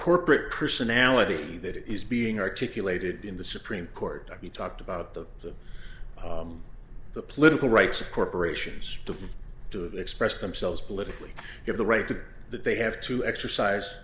corporate personality that is being articulated in the supreme court you talked about the political rights of corporations to express themselves politically have the right to do that they have to exercise